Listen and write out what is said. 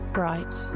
bright